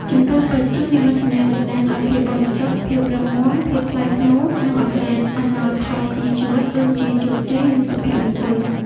ចំពោះ ពេជ្រ ជានិមិត្តសញ្ញាតំណាងឲ្យភាពបរិសុទ្ធ ភាពរឹងមាំ ភាពថ្លៃថ្នូរ និងអំណាច អំណោយផលក្នុងជីវិត ដូចជាជោគជ័យ និងសុភមង្គល។